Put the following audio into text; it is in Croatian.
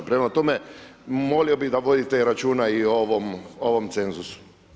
Prema tome, moli bi da vodite računa i ovom cenzusu.